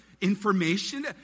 information